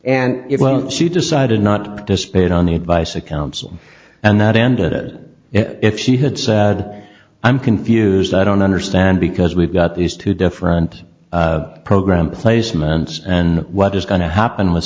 and she decided not to spit on the advice of counsel and that ended it if she had said i'm confused i don't understand because we've got these two different program placements and what is going to happen w